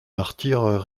martyrs